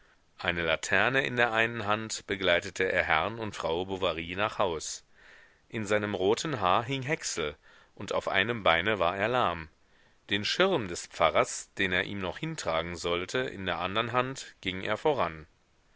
eine laterne in der einen hand begleitete er herrn und frau bovary nach haus in seinem roten haar hing häcksel und auf einem beine war er lahm den schirm des pfarrers den er ihm noch hintragen sollte in der andern hand ging er voran